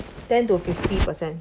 ten to fifty percent